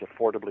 affordably